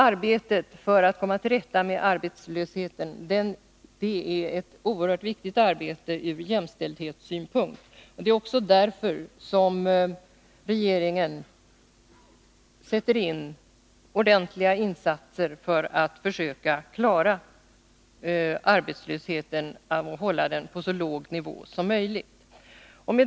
Arbetet för att komma till rätta med arbetslösheten är oerhört viktigt från jämställdhetssynpunkt. Det är också därför som regeringen gör ordentliga insatser för att försöka klara arbetslösheten och hålla den på så låg nivå som möjligt.